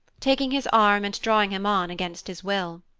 taking his arm and drawing him on against his will.